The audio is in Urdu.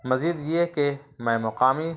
مزید یہ کہ میں مقامی